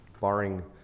barring